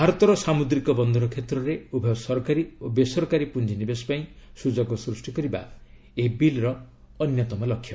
ଭାରତର ସାମୁଦ୍ରିକ ବନ୍ଦର କ୍ଷେତ୍ରରେ ଉଭୟ ସରକାରୀ ଓ ବେସରୀକାରୀ ପୁଞ୍ଜିନିବେଶ ପାଇଁ ସୁଯୋଗ ସୃଷ୍ଟି କରିବା ଏହି ବିଲ୍ର ଅନ୍ୟତମ ଲକ୍ଷ୍ୟ